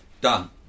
Done